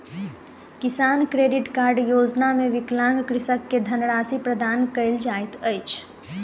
किसान credit card योजना मे विकलांग कृषक के धनराशि प्रदान कयल जाइत अछि